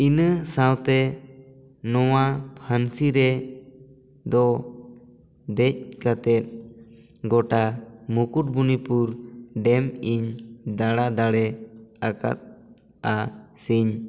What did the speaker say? ᱤᱱᱟᱹ ᱥᱟᱶᱛᱮ ᱱᱚᱣᱟ ᱯᱷᱟᱹᱱᱥᱤ ᱨᱮ ᱫᱚ ᱫᱮᱡ ᱠᱟᱛᱮᱫ ᱜᱚᱴᱟ ᱢᱩᱠᱩᱴᱢᱩᱱᱤᱯᱩᱨ ᱰᱮᱢ ᱤᱧ ᱫᱟᱬᱟ ᱫᱟᱲᱮ ᱟᱠᱟᱫᱼᱟ ᱥᱮᱧ